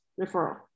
referral